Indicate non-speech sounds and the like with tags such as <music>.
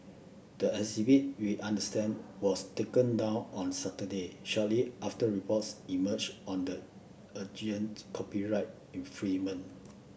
the exhibit we understand was taken down on Saturday shortly after reports emerged on the <unintelligible> copyright <unintelligible>